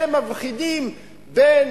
אלה מבחינים בין